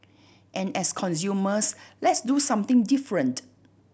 and as consumers let's do something different